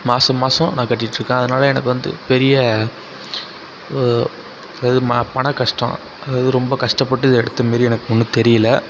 மாதம் மாதம் நான் கட்டிட்டு இருக்கேன் அதனால் எனக்கு வந்து பெரிய ஒரு பணக்கஷ்டம் ரொம்ப கஷ்டப்பட்டு இதை எடுத்த மாரி எனக்கு ஒன்றும் தெரியல